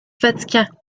vatican